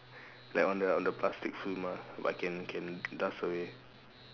like on the on the plastic film mah but can can dust away